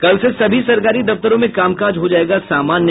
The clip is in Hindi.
कल से सभी सरकारी दफ्तरों में कामकाज हो जायेगा सामान्य